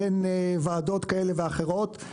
בין ועדות כאלה ואחרות.